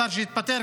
השר שהתפטר,